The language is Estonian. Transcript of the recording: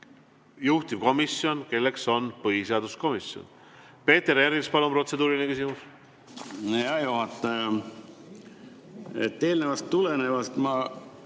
juhtivkomisjon, kelleks on põhiseaduskomisjon. Peeter Ernits, palun, protseduuriline küsimus!